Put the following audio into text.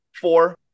Four